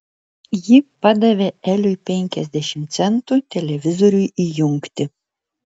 ji padavė eliui penkiasdešimt centų televizoriui įjungti